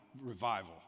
revival